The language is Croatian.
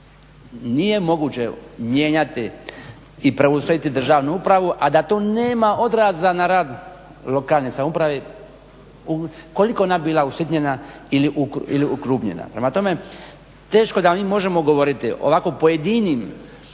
Nije moguće mijenjati i preustrojiti državnu upravu a da to nema odraza na rad lokalne samouprave koliko ona bila usitnjena ili ukrupnjena. Prema tome, teško da mi možemo govoriti ovako o pojedinim